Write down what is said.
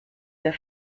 der